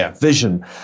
vision